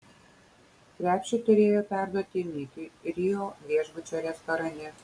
krepšį turėjo perduoti mikiui rio viešbučio restorane